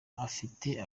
bafite